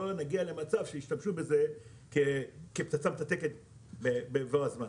כדי לא להגיע למצב שישתמשו בזה כפצצה מתקתקת בבוא הזמן.